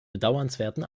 bedauernswerten